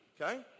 okay